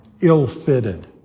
ill-fitted